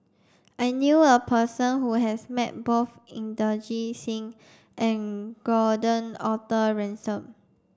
I knew a person who has met both Inderjit Singh and Gordon Arthur Ransome